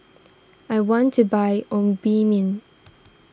I want to buy Obimin